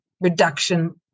reduction